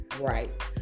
Right